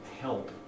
help